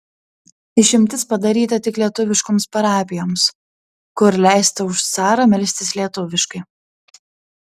išimtis padaryta tik lietuviškoms parapijoms kur leista už carą melstis lietuviškai